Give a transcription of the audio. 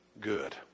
good